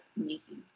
amazing